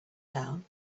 down